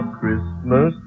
Christmas